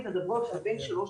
לאיגרת?